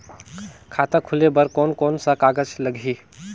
खाता खुले बार कोन कोन सा कागज़ लगही?